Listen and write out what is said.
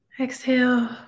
exhale